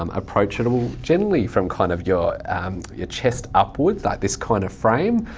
um approachable, generally from kind of your um your chest upwards, like this kind of frame,